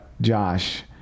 Josh